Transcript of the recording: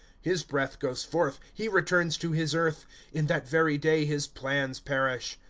his breath goes forth, he returns to his earth in that very day his plans perish.